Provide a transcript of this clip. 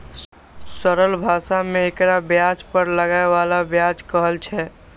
सरल भाषा मे एकरा ब्याज पर लागै बला ब्याज कहल छै